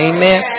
Amen